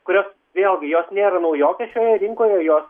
kurio vėlgi jos nėra naujokės šioje rinkoje jos